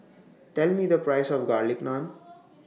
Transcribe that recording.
Tell Me The Price of Garlic Naan